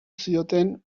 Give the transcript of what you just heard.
zioten